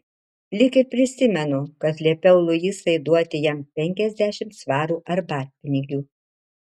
lyg ir prisimenu kad liepiau luisai duoti jam penkiasdešimt svarų arbatpinigių